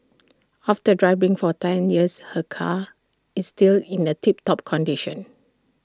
after driving for ten years her car is still in A tip top condition